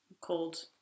called